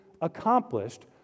accomplished